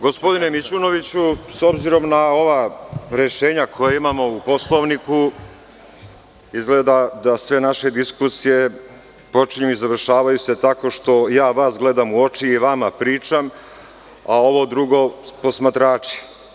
Gospodine Mićunoviću, s obzirom na ova rešenja koja imamo u Poslovniku, izgleda da sve naše diskusije počinju i završavaju se tako što ja vas gledam u oči i vama pričam, a ovo drugo su posmatrači.